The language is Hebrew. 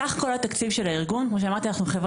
סך כל התקציב של הארגון הוא 40 מיליון ₪,